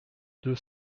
deux